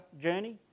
journey